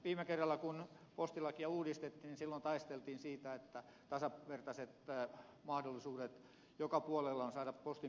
viime kerralla kun postilakia uudistettiin taisteltiin siitä että on tasavertaiset mahdollisuudet joka puolella saada postin palveluja